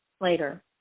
later